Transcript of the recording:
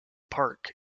park